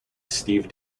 steve